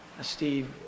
Steve